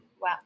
Wow